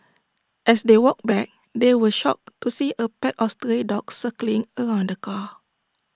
as they walked back they were shocked to see A pack of stray dogs circling around the car